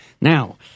Now